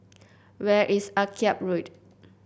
where is Akyab Road